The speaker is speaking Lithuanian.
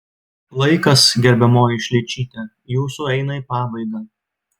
laikas gerbiamoji šličyte jūsų eina į pabaigą